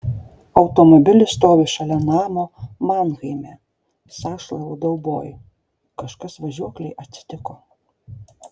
automobilis stovi šalia namo manheime sąšlavų dauboj kažkas važiuoklei atsitiko